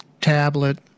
tablet